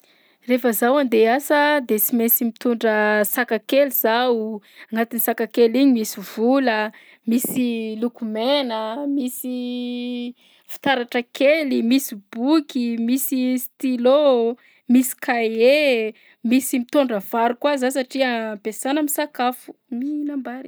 Rehefa zaho andeha hiasa de sy mainsy mitondra sac kely zaho, agnatin'ny sac kely iny misy vola, misy lokomena, misy fitaratra kely, misy boky, misy stylo, misy kahie, misy mitondra vary koa zaho satria any am-piasana misakafo, mihinam-bary.